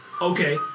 Okay